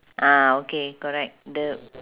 ah okay correct the